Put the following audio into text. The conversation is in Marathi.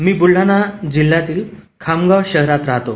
मी ब्रुलढाणा जिल्ह्यातील खामगाव गावात राहतो